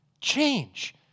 change